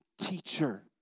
teacher